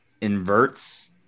inverts